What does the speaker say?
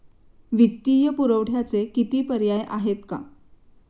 वित्तीय पुरवठ्याचे किती पर्याय आहेत का?